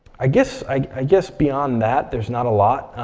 i guess i guess beyond that, there's not a lot.